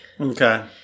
Okay